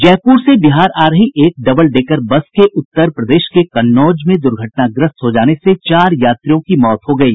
जयपुर से बिहार आ रही एक डबल डेकर बस के उत्तर प्रदेश के कन्नौज में द्र्घटनाग्रस्त हो जाने से चार यात्रियों की मौत हो गयी